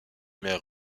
mère